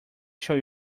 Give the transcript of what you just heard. show